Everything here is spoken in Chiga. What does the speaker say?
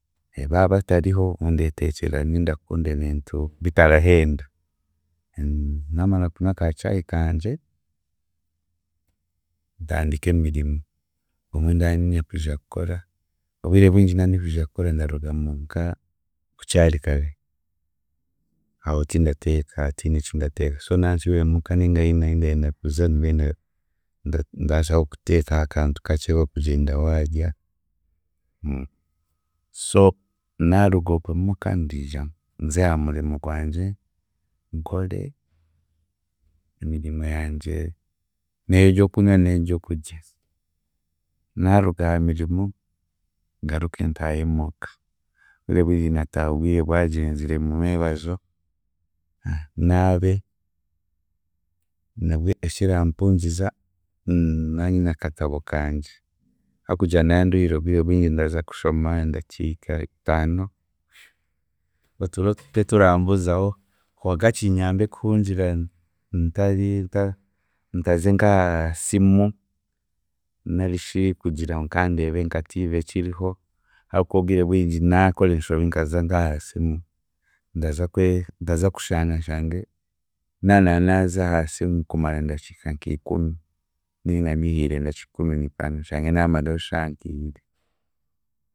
Baabatariho ndeetekyera ebindakunda ebintu bitarahenda. Naamara kunywa ka chai kangye, ntandike emiro obumwe ndanyine kwija kukora, obwire bwingi nandikwija kukora ndarukga muuka bukyari kare, aho tindateeka tihiine eki ndateeka so nankiire muuka ninga hiine ahi ndenda kuza, then ndaza kuteekaho akantu kakye k'okugyenda waarya so naaruga okwe muka ndiija nze aha murimo gwangye nkore emirimo yangye n'ey'eby'okunywa n'ey'ebyokurya naaruga aha mirimo, ngaruke ntaahe muuka ebiro ebingi ndataaha obwire bwangyenzire mu mwebazo naabe, nabwe ekirampungiza, naanyine akatabo kangye ahabw'okugira ndanduhire obwire bwingi ndaza kushoma endakiika itaano, oturo tuhike turambuzaho konka kinyambe kuhungira ntarinka ntaze nk'aha simu narishi kugira ngu kandeebe nka TV ekiriho, ahookuba nk'obwire bwingi naakora enshobe nkaza nk'aha simu, ndaza kwe, ndaza kushanga nshange nanaanaaza aha simu kumara endakiika nk'ikumi ninga ngihiire endakiika ikumi niitaano, nshange naamaraho eshaaha nk'ibiri